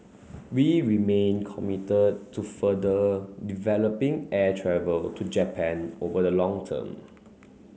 we remain committed to further developing air travel to Japan over the long term